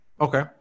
Okay